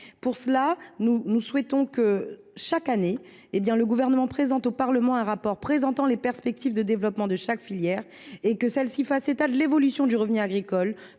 cette fin, nous souhaitons que, chaque année, le Gouvernement remette au Parlement un rapport présentant « les perspectives de développement de chaque filière et faisant état de l’évolution du revenu agricole,